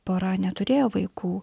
pora neturėjo vaikų